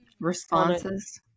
responses